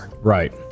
Right